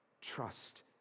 Trust